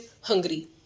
hungry